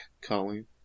Colleen